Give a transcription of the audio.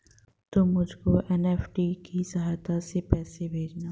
तुम मुझको एन.ई.एफ.टी की सहायता से ही पैसे भेजना